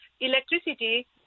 electricity